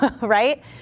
right